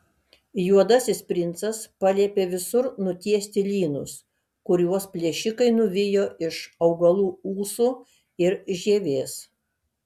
juodasis princas paliepė visur nutiesti lynus kuriuos plėšikai nuvijo iš augalų ūsų ir žievės